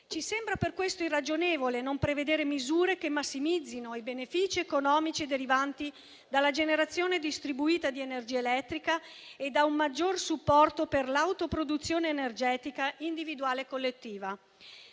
Ci sembra per questo irragionevole non prevedere misure che massimizzino i benefici economici derivanti dalla generazione distribuita di energia elettrica e da un maggior supporto per l'autoproduzione energetica individuale e collettiva.